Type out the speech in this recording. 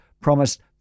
promised